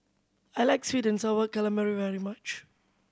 I like sweet and Sour Calamari very much